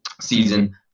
season